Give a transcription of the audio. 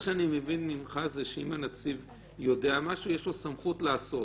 מה שאני מבין ממך זה שאם הנציב יודע משהו יש לו סמכות לעשות.